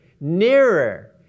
nearer